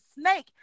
snake